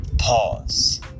Pause